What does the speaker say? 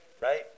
right